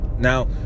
Now